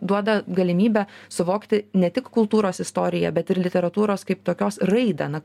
duoda galimybę suvokti ne tik kultūros istoriją bet ir literatūros kaip tokios raidą na